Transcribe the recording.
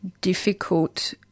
difficult